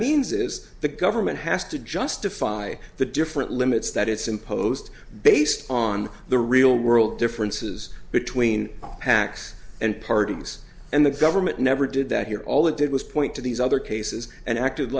means is the government has to justify the different limits that it's imposed based on the real world differences between pacs and parties and the government never did that here all it did was point to these other cases and acted